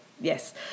yes